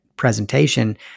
presentation